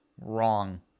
wrong